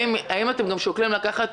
האם אתם שוקלים לקחת